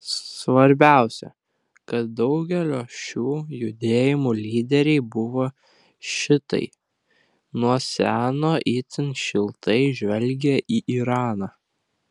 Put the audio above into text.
svarbiausia kad daugelio šių judėjimų lyderiai buvo šiitai nuo seno itin šiltai žvelgę į iraną